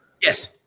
Yes